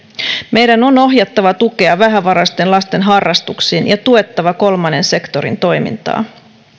meidän on ohjattava tukea vähävaraisten lasten harrastuksiin ja tuettava kolmannen sektorin toimintaa